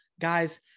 guys